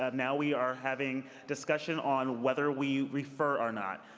ah now we are having discussion on whether we refer or not.